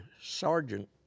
sergeant